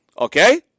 Okay